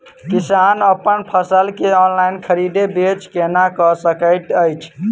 किसान अप्पन फसल केँ ऑनलाइन खरीदै बेच केना कऽ सकैत अछि?